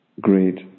great